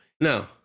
No